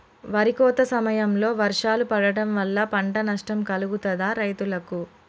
వరి కోత సమయంలో వర్షాలు పడటం వల్ల పంట నష్టం కలుగుతదా రైతులకు?